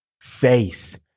faith